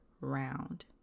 round